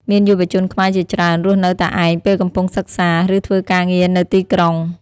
មានយុវជនខ្មែរជាច្រើនរស់នៅតែឯងពេលកំពុងសិក្សា ឬធ្វើការងារនៅទីក្រុង។